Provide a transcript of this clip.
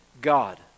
God